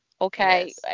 okay